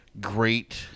Great